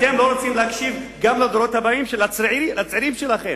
אתם לא רוצים להקשיב גם לדורות הבאים של הצעירים שלכם,